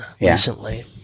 recently